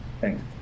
Thanks